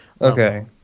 Okay